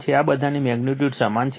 આ બધાની મેગ્નિટ્યુડ સમાન છે